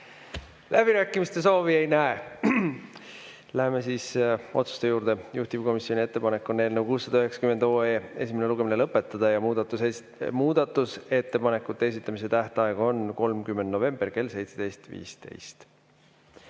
Läbirääkimiste soovi ei näe. Läheme otsuste juurde. Juhtivkomisjoni ettepanek on eelnõu 690 esimene lugemine lõpetada ja muudatusettepanekute esitamise tähtaeg on 30. november kell 17.15.